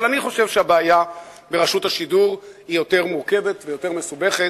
אבל אני חושב שהבעיה ברשות השידור היא יותר מורכבת ויותר מסובכת.